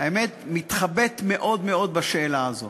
האמת, אני מתחבט מאוד מאוד בשאלה הזאת.